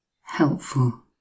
helpful